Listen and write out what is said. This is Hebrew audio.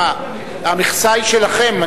שמע, המכסה היא שלכם.